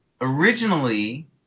originally